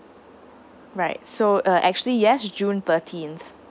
right so uh actually yes june thirteenth